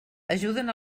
ajuden